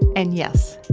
and yes,